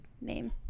name